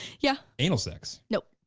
yeah. anal sex. nope.